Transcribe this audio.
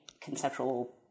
conceptual